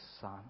son